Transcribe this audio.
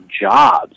jobs